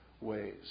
ways